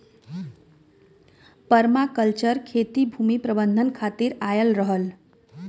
permaculture खेती भूमि प्रबंधन खातिर आयल रहल